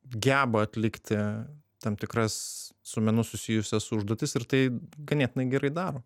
geba atlikti tam tikras su menu susijusias užduotis ir tai ganėtinai gerai daro